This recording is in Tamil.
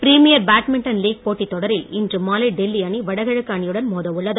பிரிமீரியர் பேட்மிண்டன் லீக் போட்டித் தொடரில் இன்று மாலை டெல்லி அணி வடகிழக்கு அணியுடன் மோத உள்ளது